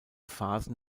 phasen